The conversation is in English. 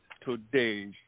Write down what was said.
today